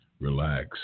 Relax